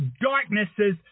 darknesses